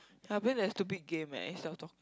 I playing that stupid game eh instead of talking